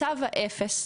מצב האפס,